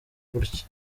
gutya